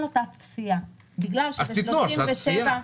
אז תנו הרשאת צפייה.